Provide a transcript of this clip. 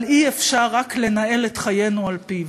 אבל אי-אפשר רק לנהל את חיינו על-פיו.